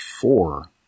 four